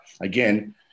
again